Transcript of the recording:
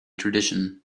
tradition